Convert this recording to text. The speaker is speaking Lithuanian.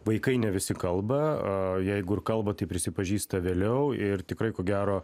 vaikai ne visi kalba a jeigu kalba tai prisipažįsta vėliau ir tikrai ko gero